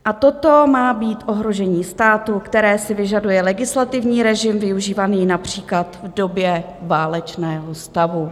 A toto má být ohrožení státu, které si vyžaduje legislativní režim využívaný například v době válečného stavu.